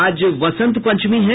आज वसंत पंचमी है